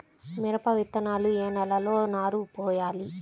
మిరప విత్తనాలు ఏ నెలలో నారు పోయాలి?